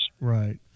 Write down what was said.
Right